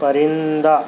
پرندہ